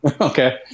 Okay